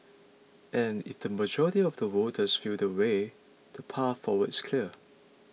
and if the majority of the voters feel that way the path forward is clear